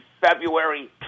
February